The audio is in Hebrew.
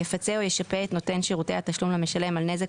יפצה או ישפה את נותן שירותי התשלום למשלם על נזק